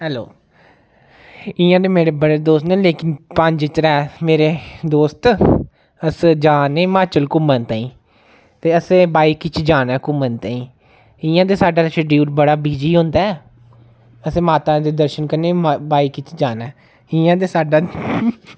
hello इ'यां ते मेरे बड़े दोस्त न लेकिन पंज त्रै मेरे दोस्त अस जा ने हिमाचल घूमन ताईं ते असें बाइक च जाना ऐ घूमन ताईं इ'यां ते साढ़ा शेड्यूल बड़ा बिजी होंदा ऐ असें माता दे दर्शन करने बाइक च जाना ऐ इ'यां ते साड्डा